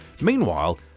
Meanwhile